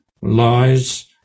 lies